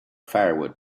firewood